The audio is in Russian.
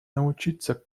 научиться